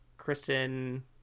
Kristen